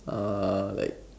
are like